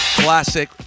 Classic